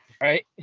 Right